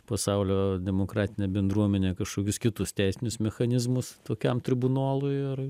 pasaulio demokratinė bendruomenė kažkokius kitus teisinius mechanizmus tokiam tribunolui ar